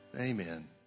Amen